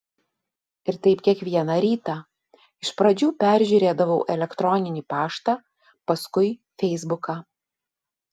ir taip kiekvieną rytą iš pradžių peržiūrėdavau elektroninį paštą paskui feisbuką